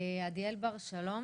עדיאל בר שלום,